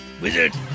Wizard